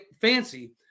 fancy